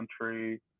country